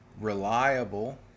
reliable